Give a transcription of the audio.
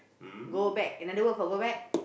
go back another word for go back